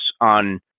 on